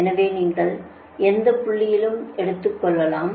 எனவே நீங்கள் எந்த புள்ளியையும் எடுத்துகொள்ளலாம்